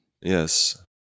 Yes